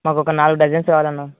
మాకు ఒక నాలుగు డజన్స్ కావాలి అన్న